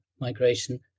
migration